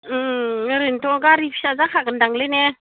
ओरैनोथ' गारि फिसा जाखागोनदांलै ने